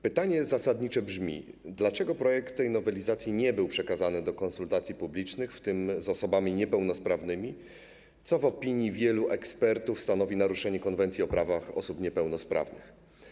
Pytanie zasadnicze brzmi: Dlaczego projekt tej nowelizacji nie był przekazany do konsultacji publicznych, w tym z osobami niepełnosprawnymi, co w opinii wielu ekspertów stanowi naruszenie Konwencji o prawach osób niepełnosprawnych?